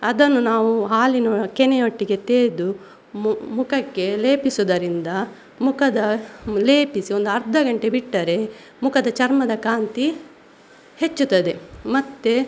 ಅದನ್ನು ನಾವು ಹಾಲಿನ ಕೆನೆಯೊಟ್ಟಿಗೆ ತೇದು ಮುಖಕ್ಕೆ ಲೇಪಿಸುವುದರಿಂದ ಮುಖದ ಲೇಪಿಸಿ ಒಂದು ಅರ್ಧ ಗಂಟೆ ಬಿಟ್ಟರೆ ಮುಖದ ಚರ್ಮದ ಕಾಂತಿ ಹೆಚ್ಚುತ್ತದೆ ಮತ್ತೆ